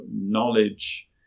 knowledge